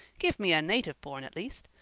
give me a native born at least.